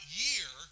year